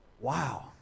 wow